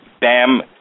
Bam